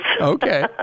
Okay